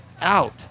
out